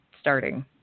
starting